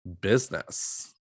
business